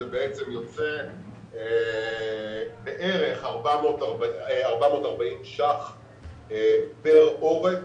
זה יוצא בערך 440 שקלים פר עורק